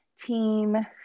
team